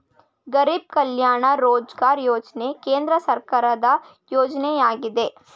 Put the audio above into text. ಗರಿಬ್ ಕಲ್ಯಾಣ ರೋಜ್ಗಾರ್ ಯೋಜನೆ ಕೇಂದ್ರ ಸರ್ಕಾರದ ಯೋಜನೆಯಾಗಿದೆ